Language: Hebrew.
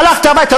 הלכתי הביתה,